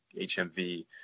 hmv